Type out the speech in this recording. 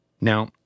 Now